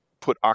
put